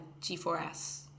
G4S